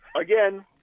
again